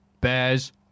bears